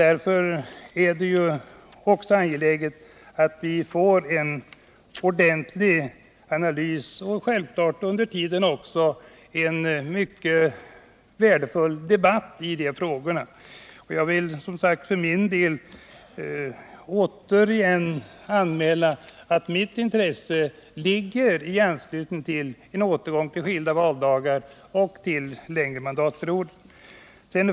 Därför är det också angeläget att vi får en ordentlig analys och självklart under tiden en mycket värdefull debatt i frågorna. Jag vill som sagt för min del återigen anmäla att mitt intresse gäller en återgång till skilda valdagar och längre mandatperioder.